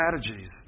strategies